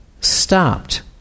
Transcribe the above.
stopped